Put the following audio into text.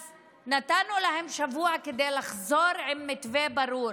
אז נתנו להם שבוע כדי לחזור עם מתווה ברור.